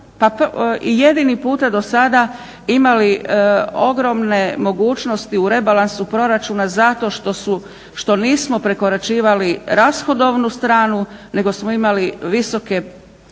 jedini puta do sada imali ogromne mogućnosti u rebalansu proračuna zato što nismo prekoračivali rashodovnu stranu nego smo imali visoke